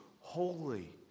holy